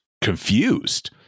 confused